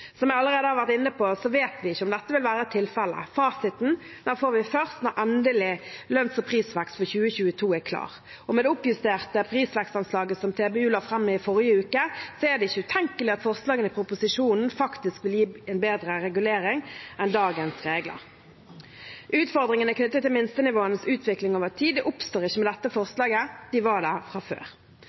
Som jeg allerede har vært inne på, vet vi ikke om dette vil være tilfellet. Fasiten får vi først når endelig lønns- og prisvekst for 2022 er klar. Med det oppjusterte prisvekstanslaget som TBU la fram forrige uke, er det ikke utenkelig at forslagene i proposisjonen faktisk vil gi en bedre regulering enn dagens regler. Utfordringene knyttet til minstenivåenes utvikling over tid oppstår ikke med dette forslaget, de var der fra før.